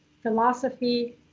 philosophy